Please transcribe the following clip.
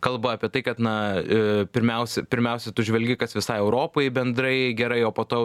kalba apie tai kad na pirmiausia tu žvelgi kas visai europai bendrai gerai o po to jau